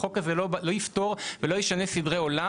החוק הזה לא יפתור ולא ישנה סדרי עולם